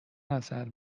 نظر